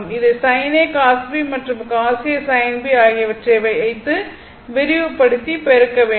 இதை sin A cos B மற்றும் cos A sin B ஆகியவற்றை வைத்து விரிவுபடுத்தி பெருக்க வேண்டும்